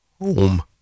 home